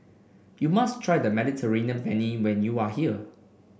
you must try the Mediterranean Penne when you are here